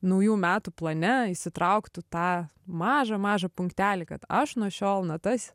naujų metų plane įsitrauktų tą mažą mažą punktelį kad aš nuo šiol natas